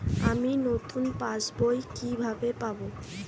আমি নতুন পাস বই কিভাবে পাব?